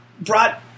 brought